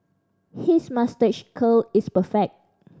his moustache curl is perfect